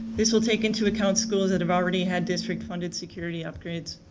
this will take into account schools that have already had district funded security upgrades.